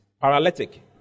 paralytic